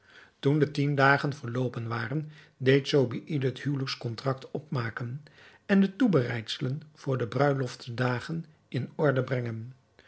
toen de tien dagen verloopen waren deed zobeïde het huwelijks kontrakt opmaken en de toebereidselen voor de bruilofts dagen in orde brengen